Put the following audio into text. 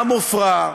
גם עפרה.